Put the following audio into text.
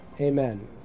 Amen